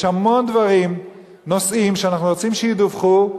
יש המון נושאים שאנו רוצים שידווחו,